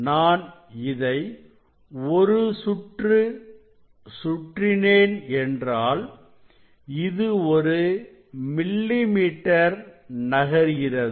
நான் இதை ஒரு சுற்று சுற்றினேன் என்றால் இது ஒரு மில்லி மீட்டர் நகர்கிறது